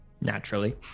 Naturally